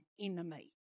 enemy